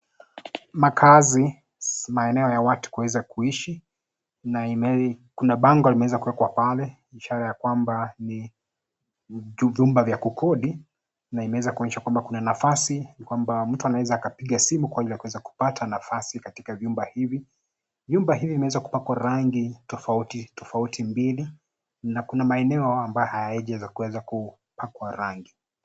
Makaazi maeneo ya watu kuweza kuishi, na imei kuna bango limeweza kuekwa pale ishara ya kwamba ni vyumba vya kukodi, na imewezakuonyeshwa kwamba kuna nafasi, kwamba mtu anaweza akapiga simu kwa ajili ya kuweza kupata nafasi katika vyumba hivi. Nyumba hii imewezakupakwa rangi tofauti tofauti mbili, na kuna maeneo ambayo hayaeji yakaweza kupakwa rangi.